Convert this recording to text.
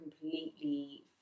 completely